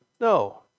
No